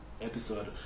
Episode